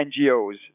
NGOs